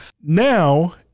now